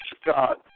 Scott